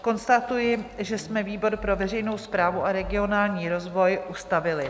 Konstatuji, že jsme výbor pro veřejnou správu a regionální rozvoj ustavili.